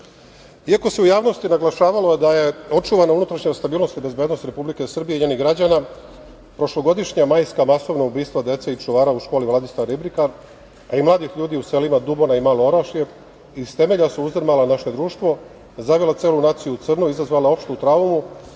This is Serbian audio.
se u javnosti naglašavalo da je očuvana unutrašnja stabilnost i bezbednost Republike Srbije i njenih građana, prošlogodišnja majska masovna ubistva dece i čuvara u školi „Vladislav Ribnikar“, a i mladih ljudi u selima Dubona i Malo Orašje, iz temelja su uzdrmala naše društvo, zavela celu naciju u crno, izazvala opštu traumu,